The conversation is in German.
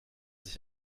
sich